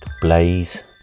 Blaze